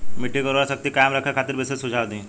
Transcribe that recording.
मिट्टी के उर्वरा शक्ति कायम रखे खातिर विशेष सुझाव दी?